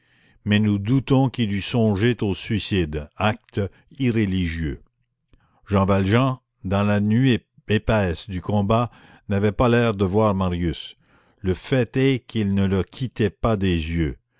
mais nous doutons qu'il eût songé au suicide acte irréligieux jean valjean dans la nuée épaisse du combat n'avait pas l'air de voir marius le fait est qu'il ne le quittait pas des yeux